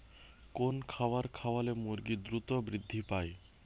কোন খাবার খাওয়ালে মুরগি দ্রুত বৃদ্ধি পায়?